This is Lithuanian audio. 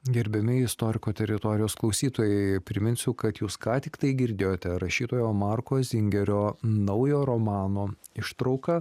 gerbiami istoriko teritorijos klausytojai priminsiu kad jūs ką tik girdėjote rašytojo marko zingerio naujo romano ištrauką